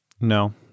No